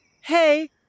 hey